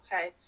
Okay